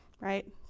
right